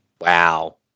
Wow